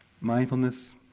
mindfulness